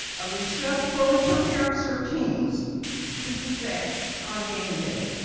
alisha fully prepares her teams to do that on game day.